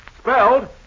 spelled